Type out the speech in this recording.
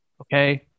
okay